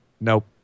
Nope